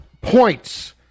points